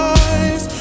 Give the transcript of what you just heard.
eyes